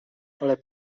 ale